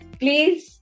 please